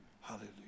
Hallelujah